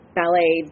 ballet